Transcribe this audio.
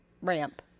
ramp